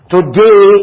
Today